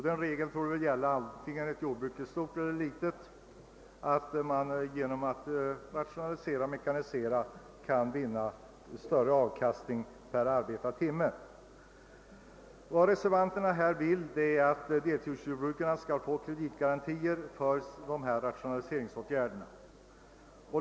Den regeln torde väl gälla vare sig ett jordbruk är stort eller litet, att man genom att rationalisera och mekanisera kan vinna större avkastning per arbetad timme. Vad reservanterna här vill är att deltidsjordbrukare skall få kreditgarantier för rationaliseringsåtgärder.